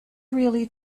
really